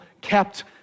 kept